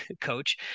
coach